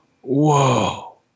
Whoa